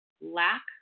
lack